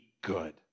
good